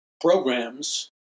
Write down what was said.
programs